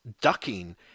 ducking